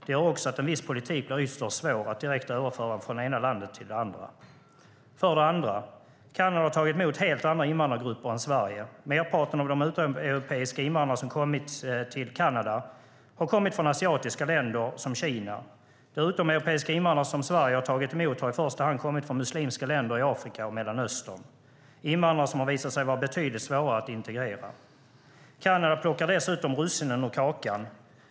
Det gör också att en viss politik blir ytterst svår att direkt överföra från det ena landet till det andra. För det andra har Kanada tagit emot helt andra invandrargrupper än Sverige. Merparten av de utomeuropeiska invandrare som har kommit till Kanada har kommit från asiatiska länder, som Kina. De utomeuropeiska invandrare som Sverige har tagit emot har i första hand kommit från muslimska länder i Afrika och Mellanöstern. Det är invandrare som det har visat sig vara betydligt svårare att integrera. Kanada plockar dessutom russinen ur kakan.